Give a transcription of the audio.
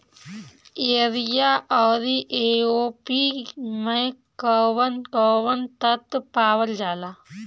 Urea औरी AOP मै कौवन कौवन तत्व पावल जाला?